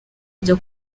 byo